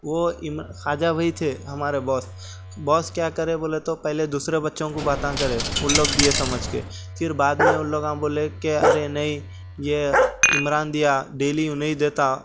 وہ خواجہ بھائی تھے ہمارے باس باس کیا کرے بولے تو پہلے دوسرے بچوں کو باتاں کرے ان لوگ دیے سمجھ کے پھر بعد میں ان لوگاں بولے کہ ارے نہیں یہ عمران دیا ڈیلی انھیں ہی دیتا